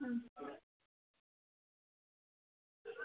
হুম